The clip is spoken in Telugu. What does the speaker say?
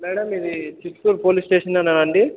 మ్యాడం ఇది చిత్తూరు పోలీస్ స్టేషనేనా అండీ